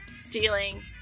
stealing